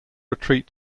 retreat